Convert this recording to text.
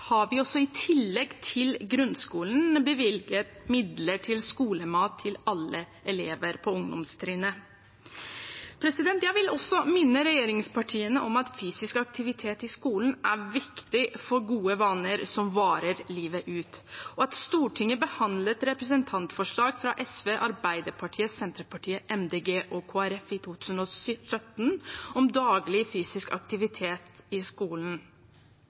Jeg vil også minne regjeringspartiene om at fysisk aktivitet i skolen er viktig for gode vaner som varer livet ut, og at Stortinget behandlet et representantforslag fra SV, Arbeiderpartiet, Senterpartiet, Miljøpartiet De Grønne og Kristelig Folkeparti i 2017 om daglig fysisk aktivitet i skolen.